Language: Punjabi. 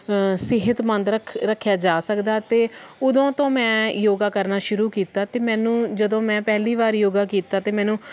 ਸਿਹਤਮੰਦ ਰੱਖ ਰੱਖਿਆ ਜਾ ਸਕਦਾ ਅਤੇ ਉਦੋਂ ਤੋਂ ਮੈਂ ਯੋਗਾ ਕਰਨਾ ਸ਼ੁਰੂ ਕੀਤਾ ਅਤੇ ਮੈਨੂੰ ਜਦੋਂ ਮੈਂ ਪਹਿਲੀ ਵਾਰ ਯੋਗਾ ਕੀਤਾ ਅਤੇ ਮੈਨੂੰ